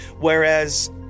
whereas